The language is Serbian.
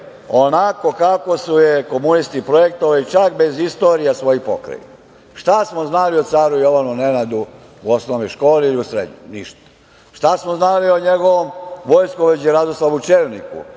onako kako su je komunisti projektovali, čak bez istorija svojih pokrajina. Šta smo znali o caru Jovanu Nenadu u osnovnoj školi ili u srednjoj? Ništa. Šta smo znali o njegovom vojskovođi Radoslavu Černiku